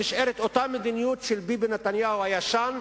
המדיניות נשארת אותה מדיניות של ביבי נתניהו הישן,